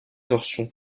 torsion